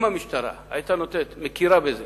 אם המשטרה היתה מכירה בזה